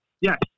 Yes